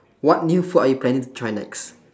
what new food are you planning to try next